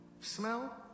Smell